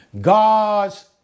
God's